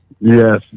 yes